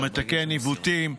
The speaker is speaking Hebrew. הוא מתקן עיוותים.